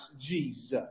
Jesus